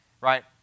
right